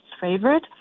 Favorite